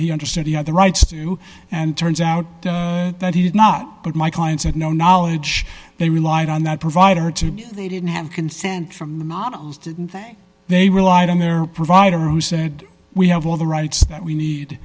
he understood he had the rights to do and turns out that he did not but my clients had no knowledge they relied on that provider to they didn't have consent from the models didn't think they relied on their provider who said we have all the rights that we need